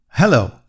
Hello